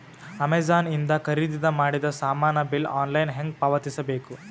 Amazon ಇಂದ ಖರೀದಿದ ಮಾಡಿದ ಸಾಮಾನ ಬಿಲ್ ಆನ್ಲೈನ್ ಹೆಂಗ್ ಪಾವತಿಸ ಬೇಕು?